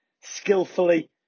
skillfully